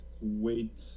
wait